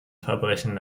verbrechen